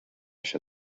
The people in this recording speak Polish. się